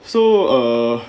so err